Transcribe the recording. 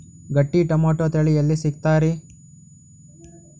ಗಟ್ಟಿ ಟೊಮೇಟೊ ತಳಿ ಎಲ್ಲಿ ಸಿಗ್ತರಿ?